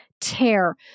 tear